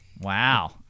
Wow